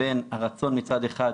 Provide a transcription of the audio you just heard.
היא בין הרצון מצד אחד,